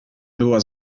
była